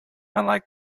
like